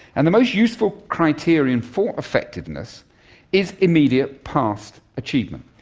and the most useful criterion for effectiveness is immediate past achievement.